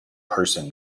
person